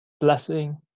Blessing